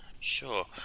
Sure